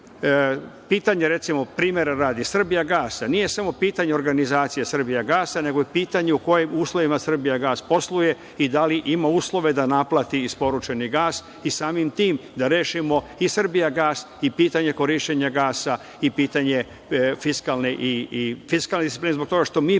pitanje, recimo, primera radi, „Srbijagasa“ nije samo pitanje organizacije „Srbijagasa“, nego je pitanje u kojim uslovima „Srbijagas“ posluje i da li ima uslove da naplati isporučeni gas i samim tim da rešimo i „Srbijagas“ i pitanje korišćenja gasa i pitanje fiskalne discipline, zbog toga što mi